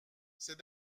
c’est